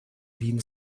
wien